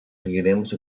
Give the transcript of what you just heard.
seguiremos